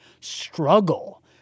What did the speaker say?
struggle